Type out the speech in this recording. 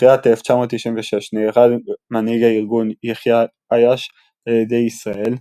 בתחילת 1996 נהרג מנהיג הארגון יחיא עיאש על ידי ישראל,